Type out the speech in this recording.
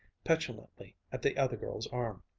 petulantly at the other girl's arm.